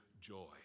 joy